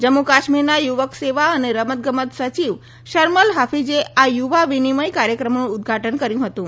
જમ્મુ કાશ્મીરના યુવક સેવા અને રમત ગમત સચિવ શર્મલ હાફીજે આ યુવા વિનિમય કાર્યક્રમનું ઉદઘાટન કર્યુ હતું